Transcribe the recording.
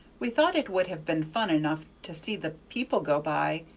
we thought it would have been fun enough to see the people go by,